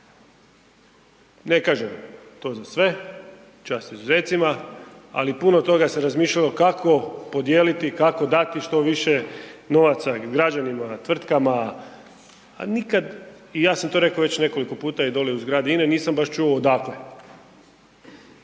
Ne kažem to za sve, čast izuzecima, ali puno puta se razmišljalo kako podijeliti i kako dati što više novaca građanima, tvrtkama, a nikad i ja sam to već rekao nekoliko puta i dolje u izgradi INA-e, nisam baš čuo odakle,